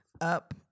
Up